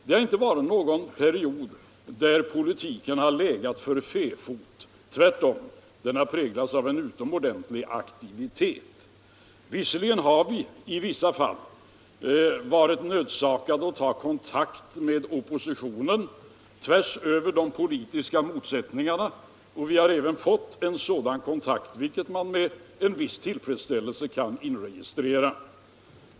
Den har inte varit någon period då politiken har legat för fäfot — tvärtom. Den har präglats av en utomordentlig aktivitet. Visserligen har vi i en del fall varit nödsakade att ta kontakt med oppositionen tvärsöver de politiska motsättningarna, men vi har även fått en sådan kontakt, vilket man med viss tillfredsställelse kan inregistrera.